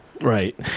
Right